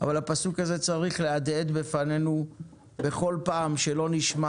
אבל הפסוק הזה צריך להדהד בפנינו בכל פעם שלא נשמע